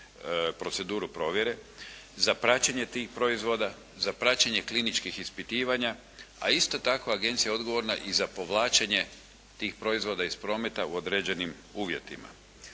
proceduru provjere, za praćenje tih proizvoda, za praćenje kliničkih ispitivanja, a isto takva agencija je odgovorna i za povlačenje tih proizvoda iz prometa u određenim uvjetima.